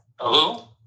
Hello